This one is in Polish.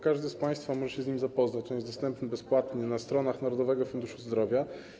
Każdy z państwa może się z nim zapoznać, on jest dostępny bezpłatnie na stronach Narodowego Funduszu Zdrowia.